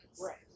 Right